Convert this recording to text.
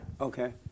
Okay